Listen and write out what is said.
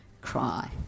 cry